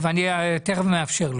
אני תכף אאפשר לו.